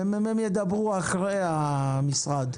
הממ"מ ידברו אחרי המשרד.